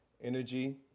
energy